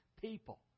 people